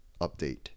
update